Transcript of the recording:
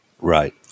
Right